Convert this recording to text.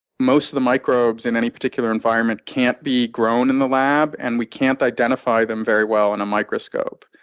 most of the microbes in any particular environment can't be grown in the lab. and we can't identify them very well in a microscope.